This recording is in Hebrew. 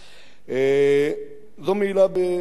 זו מעילה באמון הציבור,